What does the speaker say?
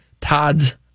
Todd's